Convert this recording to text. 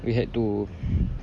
we had to